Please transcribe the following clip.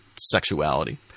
sexuality